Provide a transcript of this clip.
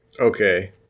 Okay